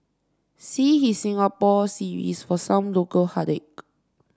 see his Singapore series for some local heartache